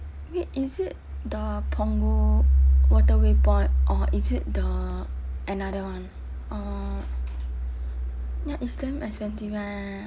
wait is it the punggol waterway point or is it the another one uh ya it's damn expensive eh